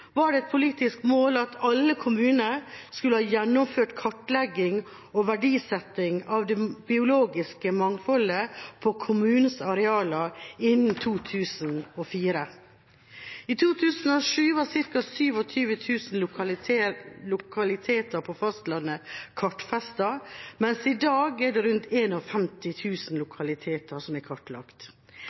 var det et politisk mål at alle kommuner skulle ha gjennomført kartlegging og verdisetting av det biologiske mangfoldet på kommunens arealer innen 2004. I 2007 var ca. 27 000 lokaliteter på fastlandet kartfestet. I dag er det rundt 51 000 som er kartlagt.